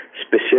specific